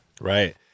Right